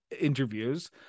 interviews